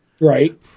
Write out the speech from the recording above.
Right